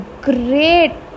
great